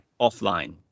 offline